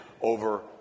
over